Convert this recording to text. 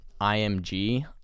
IMG